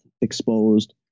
exposed